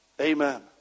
Amen